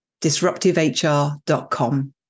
disruptivehr.com